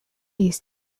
used